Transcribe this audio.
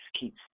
keeps